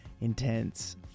intense